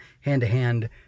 hand-to-hand